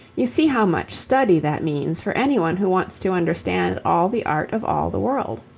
you see how much study that means for any one who wants to understand all the art of all the world.